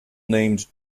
named